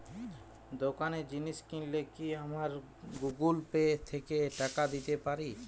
দোকানে জিনিস কিনলে কি আমার গুগল পে থেকে টাকা দিতে পারি?